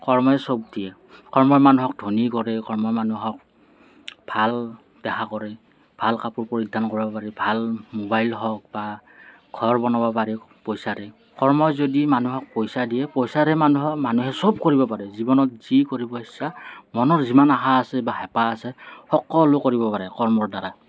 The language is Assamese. কৰ্মই চব দিয়ে কৰ্মই মানুহক ধনী কৰে কৰ্মই মানুহক ভাল দেহা কৰে ভাল কাপোৰ পৰিধান কৰাব পাৰে ভাল মোবাইল হওঁক বা ঘৰ বনাব পাৰে পইচাৰে কৰ্মই যদি মানুহক পইচা দিয়ে পইচাৰে মানুহে চব কৰিব পাৰে জীৱনত যি কৰিব ইচ্ছা মনৰ যিমান আশা আছে বা হেঁপাহ আছে সকলো কৰিব পাৰে কৰ্মৰ দ্বাৰা